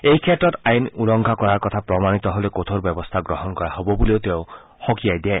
এইক্ষেত্ৰত আইন উলংঘা কৰাৰ কথা প্ৰমাণিত হ'লে কঠোৰ ব্যৱস্থা গ্ৰহণ কৰা হ'ব বুলিও তেওঁ সকীয়াই দিয়ে